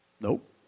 Nope